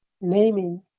naming